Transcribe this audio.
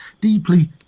deeply